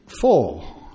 Four